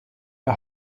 ihr